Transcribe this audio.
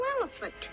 elephant